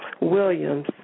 Williams